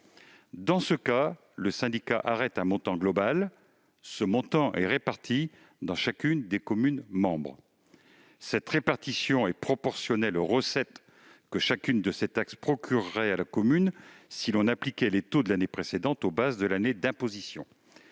Dans ce cas, le syndicat arrête un montant global, réparti dans chacune des communes membres. Cette répartition est proportionnelle aux recettes que chacune de ces taxes procurerait à la commune si l'on appliquait les taux de l'année précédente aux bases de l'année d'imposition.